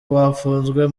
bafunzwe